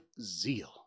zeal